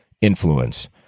influence